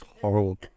horrible